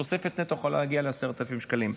התוספת נטו יכולה להגיע ל-10,000 שקלים.